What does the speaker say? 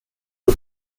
suo